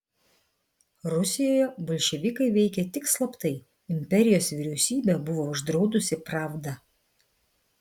rusijoje bolševikai veikė tik slaptai imperijos vyriausybė buvo uždraudusi pravdą